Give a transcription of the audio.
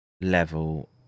level